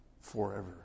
forever